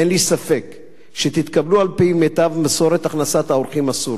אין לי ספק שתתקבלו על-פי מיטב מסורת הכנסת האורחים הסורית.